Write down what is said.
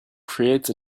creates